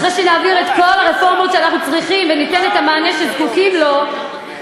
אחרי שנעביר את כל הרפורמות שאנחנו צריכים וניתן את המענה שזקוקים לו,